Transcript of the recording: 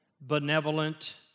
benevolent